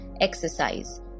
exercise